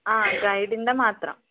അ ഗൈഡിൻ്റെ മാത്രം